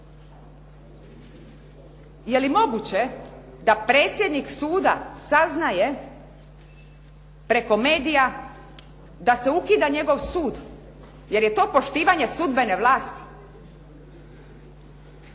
Je li moguće da predsjednik suda saznaje preko medija da se ukida njegov sud? Jel' je to poštivanje sudbene vlasti?